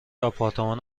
آپارتمان